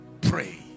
pray